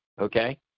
Okay